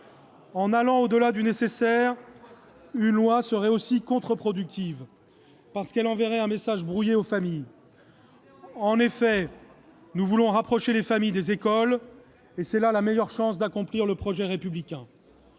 En allant au-delà du nécessaire, une loi serait aussi contre-productive, parce qu'elle enverrait un message brouillé aux familles. C'est ce qu'on disait en 2004 ... Nous voulons rapprocher les familles des écoles : c'est la meilleure chance d'accomplir le projet républicain.